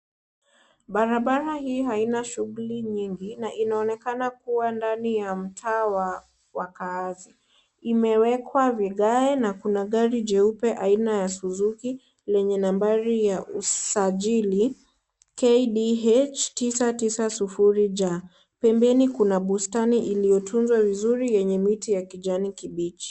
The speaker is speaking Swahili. Barabara hii haina shughuli nyingi, na inaonekana kuwa ndani ya mtaa wa wakaazi. Imewekwa vigae, na kuna gari jeupe aina ya Suzuki, lenye nambari ya usajiri KDH 990J. Pembeni kuna bustani iliyotunzwa vizuri, yenye miti ya kijani kibichi.